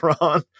ron